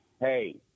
hey